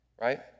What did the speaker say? right